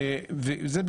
הדבר הזה,